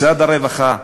משרד הרווחה.